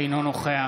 אינו נוכח